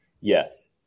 Yes